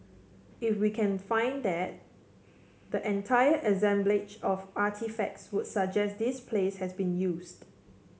if we can find that the entire assemblage of artefacts would suggest this place has been used